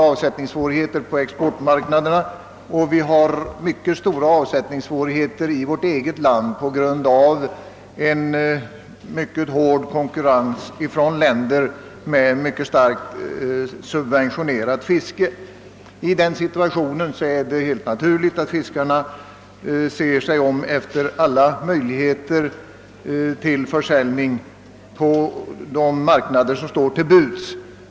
Avsättningssvårigheterna är stora både på exportmarknaden och i Sverige på grund av den mycket hårda konkurrensen från länder med kraftigt subventionerat fiske. I den situationen är det helt naturligt att fiskarna tillvara tar alla möjligheter till försäljning på de marknader som finns.